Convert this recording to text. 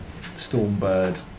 stormbird